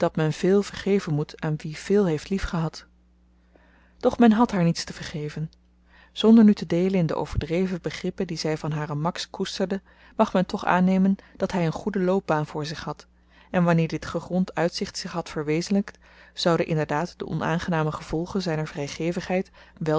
men veel vergeven moet aan wie veel heeft lief gehad doch men had haar niets te vergeven zonder nu te deelen in de overdreven begrippen die zy van haren max koesterde mag men toch aannemen dat hy een goede loopbaan voor zich had en wanneer dit gegrond uitzicht zich had verwezenlykt zouden inderdaad de onaangename gevolgen zyner vrygevigheid weldra